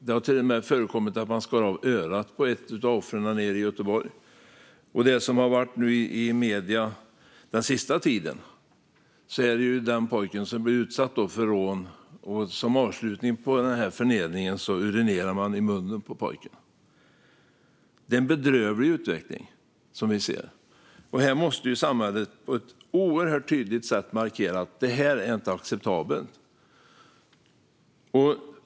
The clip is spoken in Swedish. Man skar till och med av örat på ett av offren nere i Göteborg. Och det som det har handlat om i medierna den senaste tiden gäller en pojke som blev utsatt för rån. Som avslutning på förnedringen urinerade man i munnen på pojken. Det är en bedrövlig utveckling som vi ser. Samhället måste på ett oerhört tydligt sätt markera att detta inte är acceptabelt.